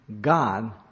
God